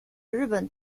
日本